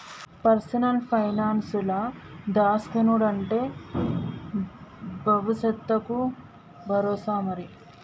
personal పైనాన్సుల దాస్కునుడంటే బవుసెత్తకు బరోసా మరి